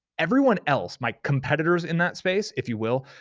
everyone else, my competitors in that space if you will,